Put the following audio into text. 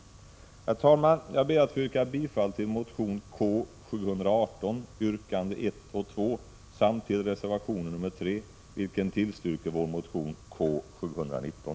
Herr talman! Jag ber att få yrka bifall till motion K718, yrkande 1 och 2, samt till reservation nr 3, vilken tillstyrker vår motion K719.